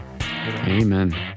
Amen